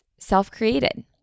self-created